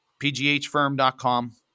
pghfirm.com